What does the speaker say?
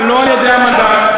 ולא על-ידי המנדט,